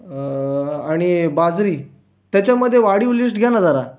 आणि बाजरी त्याच्यामध्ये वाढीव लिस्ट घ्या ना जरा